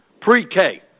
pre-K